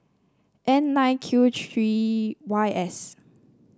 N nine Q three Y S